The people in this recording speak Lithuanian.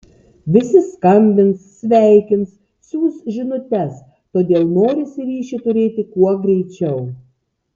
visi skambins sveikins siųs žinutes todėl norisi ryšį turėti kuo greičiau